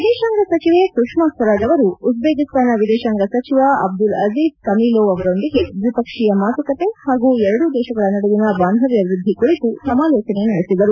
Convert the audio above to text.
ವಿದೇಶಾಂಗ ಸಚಿವೆ ಸುಷ್ನಾ ಸ್ವರಾಜ್ ಅವರು ಉಜ್ಜೇಕಿಸ್ತಾನ ವಿದೇಶಾಂಗ ಸಚಿವ ಅಬ್ದುಲ್ ಅಜ್ಲೀಜ್ ಕಮಿಲೋವ್ ಅವರೊಂದಿಗೆ ದ್ವಿಪಕ್ಷೀಯ ಮಾತುಕತೆ ಹಾಗೂ ಎರಡೂ ದೇಶಗಳ ನಡುವಿನ ಬಾಂಧವ್ದ ವೃದ್ದಿ ಕುರಿತು ಸಮಾಲೋಚನೆ ನಡೆಸಿದರು